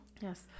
Yes